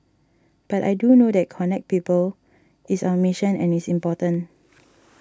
but I do know that connect people is our mission and it's important